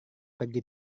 pergi